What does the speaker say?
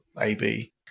AB